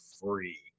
free